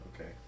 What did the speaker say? Okay